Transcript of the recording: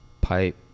pipe